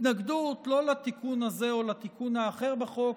התנגדות לא לתיקון הזה או לתיקון האחר בחוק,